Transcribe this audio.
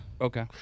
Okay